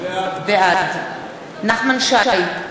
בעד נחמן שי,